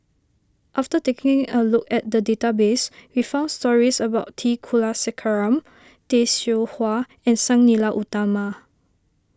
after taking a look at the database we found stories about T Kulasekaram Tay Seow Huah and Sang Nila Utama